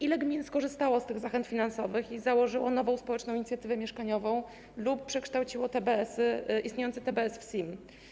Ile gmin skorzystało z tych zachęt finansowych i założyło nową społeczną inicjatywę mieszkaniową lub przekształciło istniejący TBS w SIM?